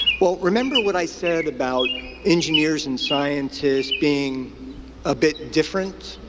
well, remember what i said about engineers and scientists being a bit different.